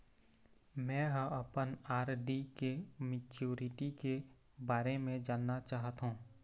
में ह अपन आर.डी के मैच्युरिटी के बारे में जानना चाहथों